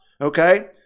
okay